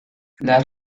las